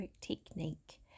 technique